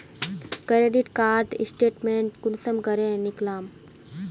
Credit card statement कुंसम करे निकलाम?